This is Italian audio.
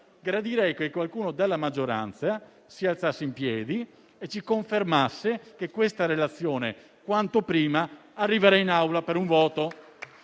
gradirei che qualcuno della maggioranza si alzasse in piedi e ci confermasse che questa relazione quanto prima arriverà in Assemblea per un voto.